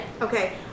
Okay